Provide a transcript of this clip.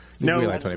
No